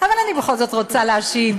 אבל אני בכל זאת רוצה להשיב.